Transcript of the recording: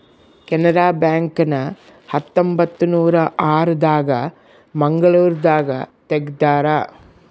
Canara bank ನ ಹತ್ತೊಂಬತ್ತನೂರ ಆರ ದಾಗ ಮಂಗಳೂರು ದಾಗ ತೆಗ್ದಾರ